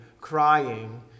crying